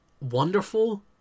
wonderful